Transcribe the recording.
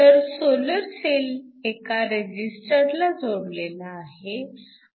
तर solar cell एका रेजिस्टरला जोडलेला आहे